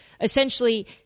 essentially